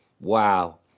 wow